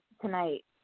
tonight